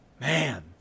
Man